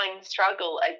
struggle